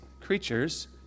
creatures